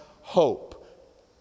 hope